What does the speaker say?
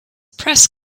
press